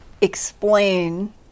explain